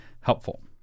helpful